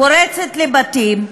פורצת לבתים,